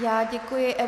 Já děkuji.